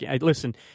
Listen